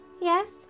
Yes